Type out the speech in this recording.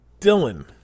Dylan